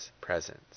presence